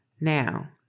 Now